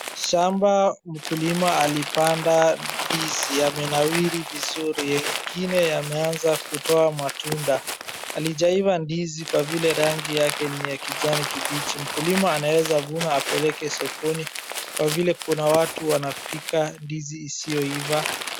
Shamba mkulima alipanda ndizi. Yamenawiri vizuri. Yengine yameanza kutoa matundaa. Halijaiva ndizi kwa vile vile rangi yake ni ya kijani kimbichi. Mkulima anaezavuna apeleke sokoni kwa vile kuna watu wanapika ndizi isiyoiva.